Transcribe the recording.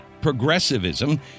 progressivism